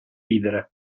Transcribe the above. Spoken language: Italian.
ridere